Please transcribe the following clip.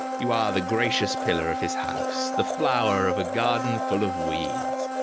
you are the gracious pillar of his house, the flower of a garden full of weeds.